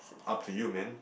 up to you man